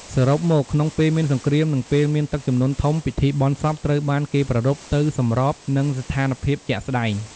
សរុបមក ក្នុងពេលមានសង្គ្រាម និងពេលមានទឹកជំនន់ធំ ពិធីបុណ្យសពត្រូវបានគេប្រារព្ឋទៅសម្របនឹងស្ថានភាពជាក់ស្តែង។